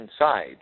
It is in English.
inside